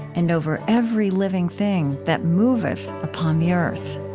and over every living thing that moveth upon the earth.